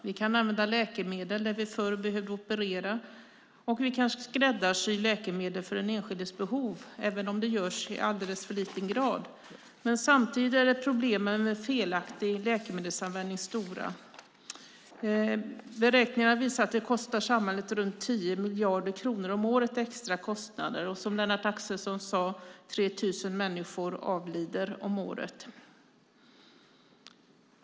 Vi kan använda läkemedel där vi förr behövde operera, och vi kan skräddarsy läkemedel för den enskildes behov, även om det görs i alltför liten grad. Men samtidigt är problemen med felaktig läkemedelsanvändning stora. Beräkningar har visat att det kostar samhället runt 10 miljarder kronor om året i extra kostnader. Och, som Lennart Axelsson sade, 3 000 människor om året avlider.